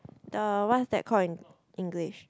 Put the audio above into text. the what's that called in English